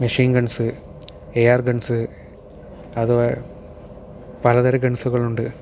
machine guns air guns അതുപോലെ പലതരം ഗൺസ്സുകളുണ്ട്